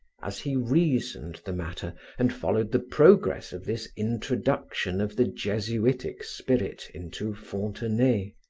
as he reasoned the matter and followed the progress of this introduction of the jesuitic spirit into fontenay.